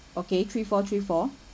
okay three four three four